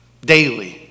daily